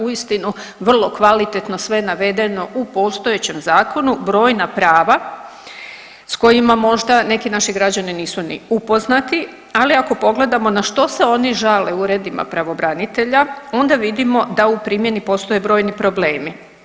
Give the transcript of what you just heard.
Uistinu vrlo kvalitetno sve navedeno u postojećem zakonu brojna prava s kojima možda neki naši građani nisu ni upoznati, ali ako pogledamo na što se oni žale u uredima pravobranitelja onda vidimo da u primjeni postoje brojni problemi.